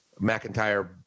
McIntyre